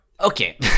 Okay